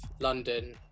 London